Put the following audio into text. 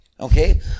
okay